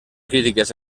crítiques